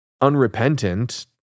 Unrepentant